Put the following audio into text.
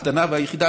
הקטנה והיחידה,